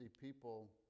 people